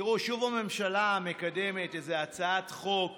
תראו, שוב הממשלה מקדמת איזו הצעת חוק